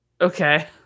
Okay